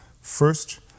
First